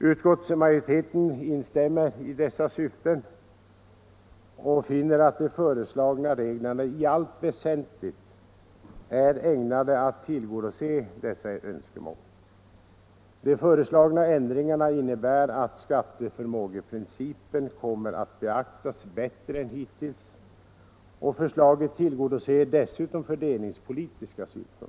Utskottsmajoriteten instämmer i dessa syften och finner att de föreslagna reglerna i allt väsentligt är ägnade att tillgodose dessa önskemål. De föreslagna ändringarna innebär att skatteförmågeprincipen kommer att beaktas bättre än hittills, och förslaget tillgodoser dessutom fördelningspolitiska synpunkter.